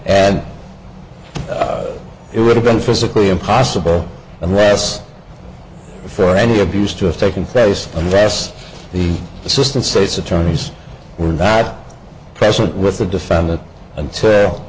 and it would have been physically impossible unless for any abuse to have taken place unless the assistant state's attorneys were not present with the defendant